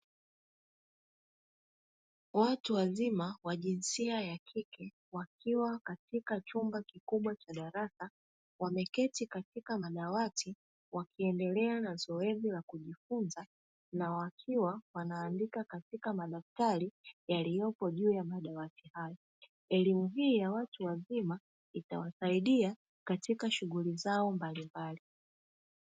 Watu wazima wa jinsia ya kike wakiwa katika chumba kikubwa cha darasa wameketi katika madawati, wakiendelea na zoezi la kuandika katika madaftari yaliyoko juu, huku elimu hii ya watu wazima ikiwasaidia katika shughuli zao mbalimbali.